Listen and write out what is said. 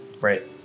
Right